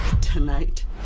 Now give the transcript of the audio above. tonight